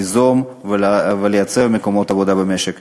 ליזום ולייצר מקומות עבודה במשק.